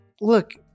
look